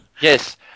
Yes